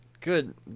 good